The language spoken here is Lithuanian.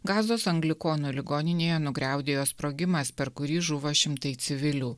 gazos anglikonų ligoninėje nugriaudėjo sprogimas per kurį žuvo šimtai civilių